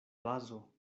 bazo